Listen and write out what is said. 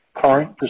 current